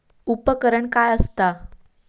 उपकरण काय असता?